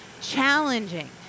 Challenging